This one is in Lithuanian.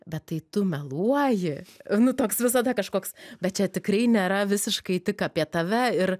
bet tai tu meluoji nu toks visada kažkoks bet čia tikrai nėra visiškai tik apie tave ir